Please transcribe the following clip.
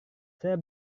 saya